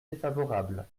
défavorables